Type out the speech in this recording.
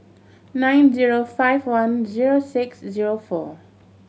nine zero five one zero six zero four